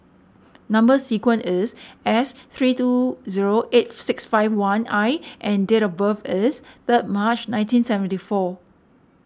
Number Sequence is S three two zero eight six five one I and date of birth is third March nineteen seventy four